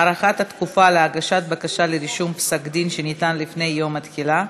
(הארכת התקופה להגשת בקשה לרישום פסק-דין שניתן לפני יום התחילה),